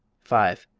five.